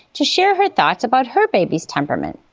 to share her thoughts about her baby's temperament.